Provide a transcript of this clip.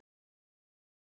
like he still